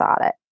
audit